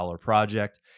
project